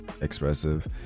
expressive